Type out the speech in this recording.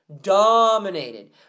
Dominated